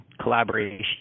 collaboration